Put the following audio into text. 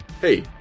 hey